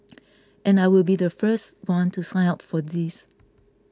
and I will be the first one to sign up for these